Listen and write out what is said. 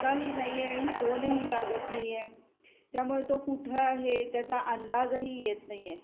ता ही नाही आहे आणि फोनही लागत नाही आहे त्यामुळं तो कुठं आहे त्याचा अंदाजही येत नाही आहे